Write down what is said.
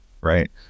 right